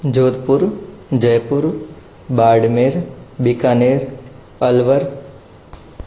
Jodhpur Jaipur Barmer Bikaner Alwar